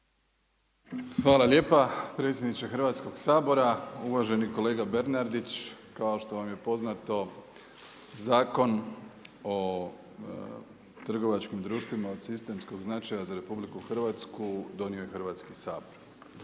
Hvala lijepo, predsjedniče Hrvatskog sabora. Uvaženi kolega Bernardić, kao što vam je poznato Zakon o trgovačkim društvima od sistemskog značaja za RH donio je Hrvatski sabor.